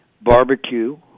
Barbecue